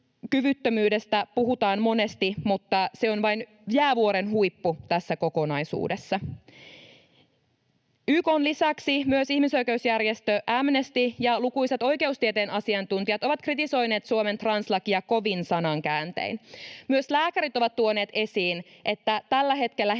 Lisääntymiskyvyttömyydestä puhutaan monesti, mutta se on vain jäävuoren huippu tässä kokonaisuudessa. YK:n lisäksi myös ihmisoikeusjärjestö Amnesty ja lukuisat oikeustieteen asiantuntijat ovat kritisoineet Suomen translakia kovin sanankääntein. Myös lääkärit ovat tuoneet esiin, että tällä hetkellä